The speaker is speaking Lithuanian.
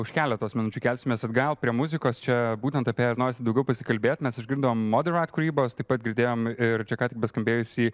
už keletos minučių kelsimės atgal prie muzikos čia būtent apie ją ir norisi daugiau pasikalbėt mes išgirdom moderakt kurybos taip pat girdėjom ir čia ką tik nuskambėjusį